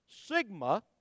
Sigma